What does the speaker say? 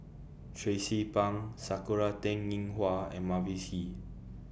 Tracie Pang Sakura Teng Ying Hua and Mavis Hee